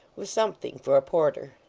was something for a porter.